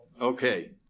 Okay